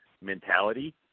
mentality